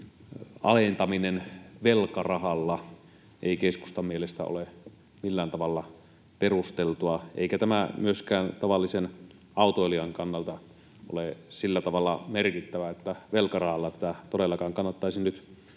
alentaminen velkarahalla ei keskustan mielestä ole millään tavalla perusteltua eikä tämä ole myöskään tavallisen autoilijan kannalta sillä tavalla merkittävä, että velkarahalla tätä todellakaan kannattaisi nyt toteuttaa.